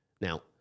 now